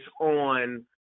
on